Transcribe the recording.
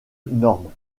norme